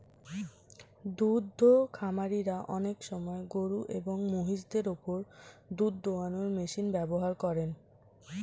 দুদ্ধ খামারিরা অনেক সময় গরুএবং মহিষদের ওপর দুধ দোহানোর মেশিন ব্যবহার করেন